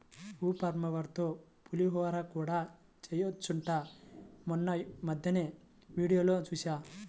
ఉప్మారవ్వతో పులిహోర కూడా చెయ్యొచ్చంట మొన్నీమద్దెనే వీడియోలో జూశా